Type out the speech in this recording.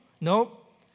Nope